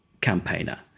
campaigner